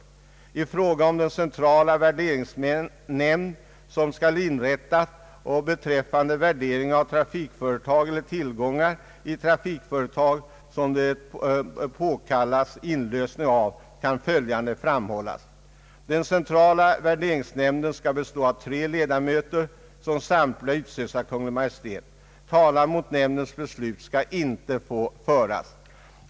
I fråga om den centrala värderingsnämnd som skall inrättas och beträffande värderingen av trafikföretag eller tillgångar i trafikföretag som det påkallas inlösen av kan följande framhållas. Den centrala värderingsnämnden skall bestå av tre ledamöter som samtliga utses av Kungl. Maj:t. Talan mot nämndens beslut skall inte få föras.